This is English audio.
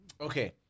Okay